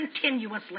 continuously